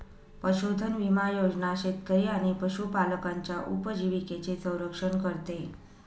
पशुधन विमा योजना शेतकरी आणि पशुपालकांच्या उपजीविकेचे संरक्षण करते